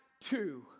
two